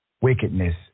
wickedness